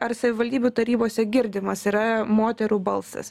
ar savivaldybių tarybose girdimas yra moterų balsas